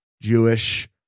Jewish